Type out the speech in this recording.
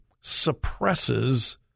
suppresses